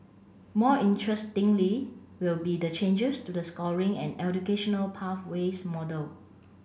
more interestingly will be the changes to the scoring and educational pathways model